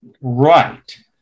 Right